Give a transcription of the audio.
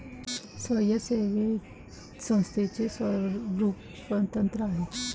स्वयंसेवी संस्थेचे स्वरूप स्वतंत्र आहे